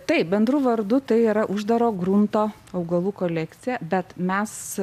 taip bendru vardu tai yra uždaro grunto augalų kolekcija bet mes